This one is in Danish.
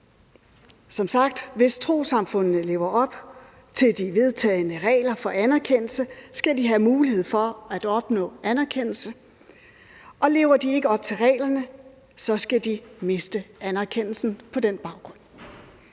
Som sagt: Hvis trossamfundene lever op til de vedtagne regler for anerkendelse, skal de have mulighed for at opnå anerkendelse, og lever de ikke op til reglerne, skal de miste anerkendelsen på den baggrund.